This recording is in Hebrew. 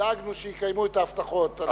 דאגנו שיקיימו את ההבטחות,